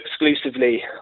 exclusively